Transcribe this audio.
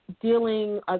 dealing